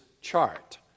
chart